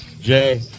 Jay